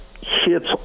hits